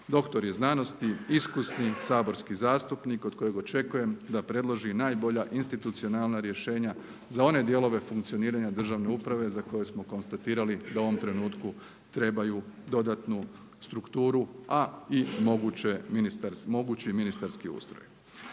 doktor je znanosti, iskusni saborski zastupnik od kojeg očekujem da predloži i najbolja institucionalna rješenja za one dijelove funkcioniranja državne uprave za koje smo konstatirali da u ovom trenutku trebaju dodatnu strukturu a i mogući ministarski ustroj.